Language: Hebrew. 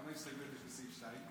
כמה הסתייגויות יש לסעיף 2?